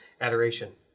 adoration